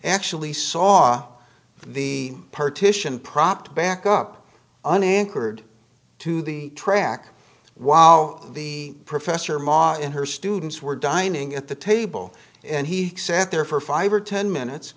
actually saw the partition propped back up unanchored to the track wow the professor ma and her students were dining at the table and he sat there for five or ten minutes